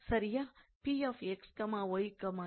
சரியா